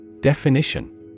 Definition